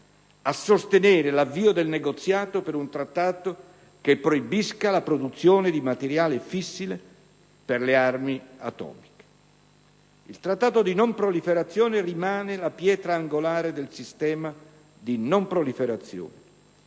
a sostenere l'avvio del negoziato per un trattato che proibisca la produzione di materiale fissile per le armi atomiche. Il Trattato di non proliferazione rimane la pietra angolare del sistema di non proliferazione.